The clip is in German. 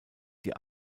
die